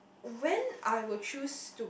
when I would choose to